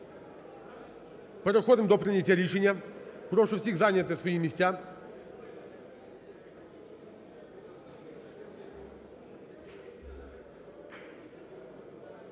Переходимо до прийняття рішення. Прошу всіх зайняти свої місця.